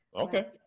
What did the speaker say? Okay